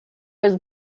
was